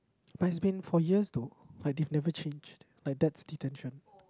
but it's been for years though like they've never changed like that's detention